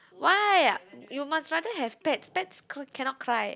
why you must rather have pets pets can cannot cry